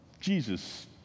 Jesus